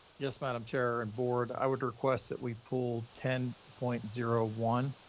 yes madam chair and board, i would request that we pulled ten point zero one.